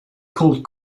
called